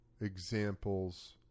examples